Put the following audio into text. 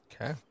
Okay